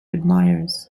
admirers